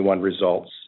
results